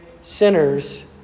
sinners